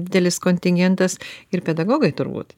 didelis kontingentas ir pedagogai turbūt